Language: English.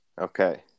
Okay